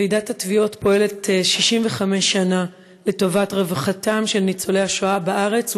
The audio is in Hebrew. ועידת התביעות פועלת 65 שנה לרווחתם של ניצולי השואה בארץ ובעולם.